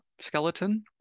skeleton